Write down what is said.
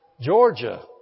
Georgia